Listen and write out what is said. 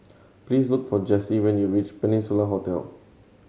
please look for Jessi when you reach Peninsula Hotel